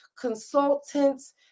consultants